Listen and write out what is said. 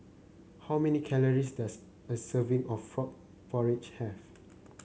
how many calories does a serving of Frog Porridge have